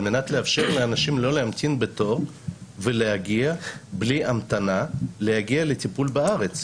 על מנת לאפשר לאנשים לא להמתין בתור ולהגיע בלי המתנה לטיפול בארץ.